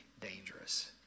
dangerous